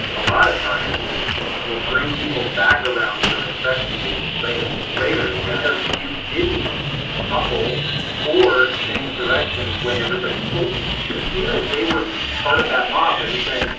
a lot of times will bring people back around to respect you later. later, yeah. because you didn't buckle or change direction when everybody told you you should, even if they were part of that mob that was saying,